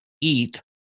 eat